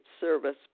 service